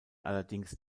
allerdings